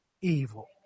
evil